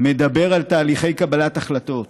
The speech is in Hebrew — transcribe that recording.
מדבר על תהליכי קבלת החלטות,